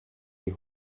die